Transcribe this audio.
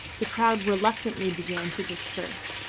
the crowd reluctantly began to disperse.